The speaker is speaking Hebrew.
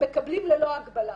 מקבלים ללא הגבלה.